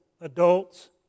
adults